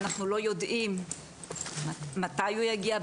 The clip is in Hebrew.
אנחנו לא יודעים מתי הוא יגיע,